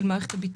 של מערכת הביטחון,